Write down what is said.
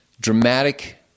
dramatic